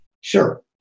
Sure